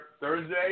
Thursday